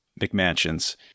McMansions